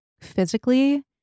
physically